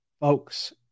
folks